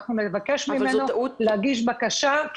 אנחנו נבקש ממנו להגיש בקשה.